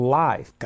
life